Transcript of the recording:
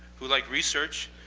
who like research,